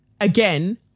Again